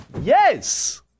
Yes